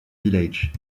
village